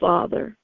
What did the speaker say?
Father